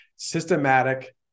systematic